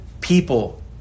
people